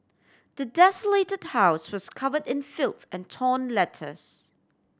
the desolated house was covered in filth and torn letters